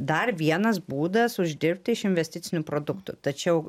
dar vienas būdas uždirbti iš investicinių produktų tačiau